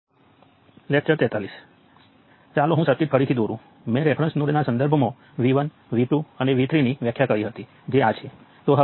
હવે ચાલો આપણે આંકડાકીય ઉદાહરણ સાથે આ કરીએ